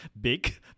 big